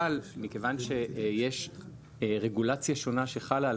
אבל מכיוון שיש רגולציה שונה שחלה על